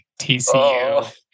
TCU